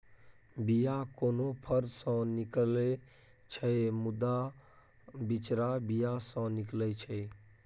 बीया कोनो फर सँ निकलै छै मुदा बिचरा बीया सँ निकलै छै